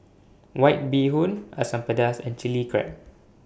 White Bee Hoon Asam Pedas and Chilli Crab